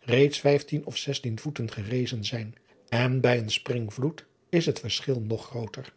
reeds vijftien of zestien voeten gerezen zijn en bij een springvloed is het verschil nog grooter